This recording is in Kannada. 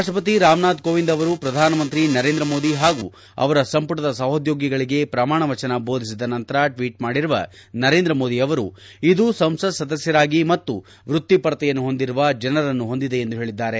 ರಾಷ್ಷಪತಿ ರಾಮನಾಥ್ ಕೋವಿಂದ್ ಅವರು ಪ್ರಧಾನಮಂತ್ರಿ ನರೇಂದ್ರ ಮೋದಿ ಹಾಗೂ ಅವರ ಸಂಪುಟದ ಸಹೋದ್ಲೋಗಿಗಳಿಗೆ ಪ್ರಮಾಣವಚನ ಬೋಧಿಸಿದ ನಂತರ ಟ್ವೀಟ್ ಮಾಡಿರುವ ನರೇಂದ್ರ ಮೋದಿಯವರು ಇದು ಸಂಸತ್ ಸದಸ್ತರಾಗಿ ಮತ್ತು ವೃತ್ತಿಪರತೆಯನ್ನು ಹೊಂದಿರುವ ಜನರನ್ನು ಹೊಂದಿದೆ ಎಂದು ಹೇಳಿದ್ದಾರೆ